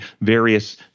various